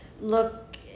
look